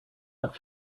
that